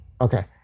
Okay